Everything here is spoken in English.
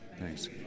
Thanks